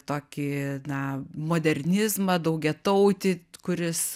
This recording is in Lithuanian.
tokį na modernizmą daugiatautį kuris